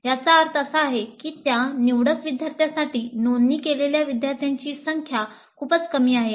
याचा अर्थ असा आहे की त्या निवडक विद्यार्थ्यांसाठी नोंदणी केलेल्या विद्यार्थ्यांची संख्या खूपच कमी आहे